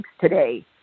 today